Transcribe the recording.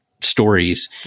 stories